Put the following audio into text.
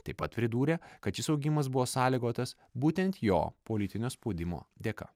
taip pat pridūrė kad šis augimas buvo sąlygotas būtent jo politinio spaudimo dėka